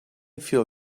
feel